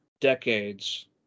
decades